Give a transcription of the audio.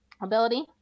ability